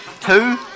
Two